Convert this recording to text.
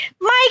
Mike